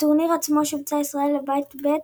בטורניר עצמו שובצה ישראל לבית ב'